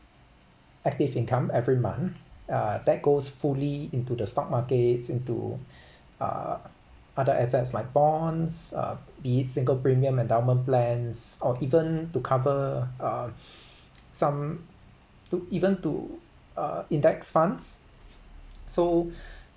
active income every month uh that goes fully into the stock markets into uh other assets like bonds be it single premium endowment plans or even to cover uh some to even to uh index funds so